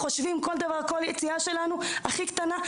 אנחנו חושבים על כל דבר ועל כל יציאה הכי קטנה מהבית.